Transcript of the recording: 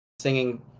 singing